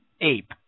ape